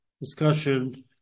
discussion